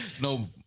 no